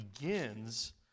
begins